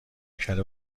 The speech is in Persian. کرده